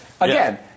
Again